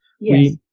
Yes